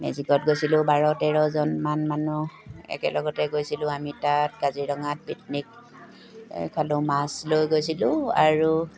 মেজিকত গৈছিলোঁ বাৰ তেৰজনমান মানুহ একেলগতে গৈছিলোঁ আমি তাত কাজিৰঙাত পিকনিক খালোঁ মাছ লৈ গৈছিলোঁ আৰু